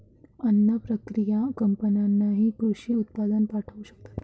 अन्न प्रक्रिया कंपन्यांनाही कृषी उत्पादन पाठवू शकतात